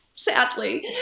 Sadly